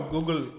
Google